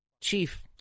chief